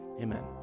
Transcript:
Amen